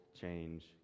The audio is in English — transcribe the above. change